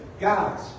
Guys